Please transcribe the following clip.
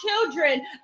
children